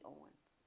Owens